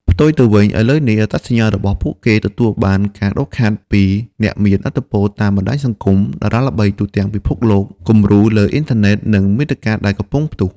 ផ្ទុយទៅវិញ ឥឡូវនេះអត្តសញ្ញាណរបស់ពួកគេទទួលបានការដុសខាត់ពីអ្នកមានឥទ្ធិពលតាមបណ្តាញសង្គម តារាល្បីទូទាំងពិភពលោក គំរូលើអ៊ីនធឺណិត និងមាតិកាដែលកំពុងផ្ទុះ។